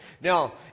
Now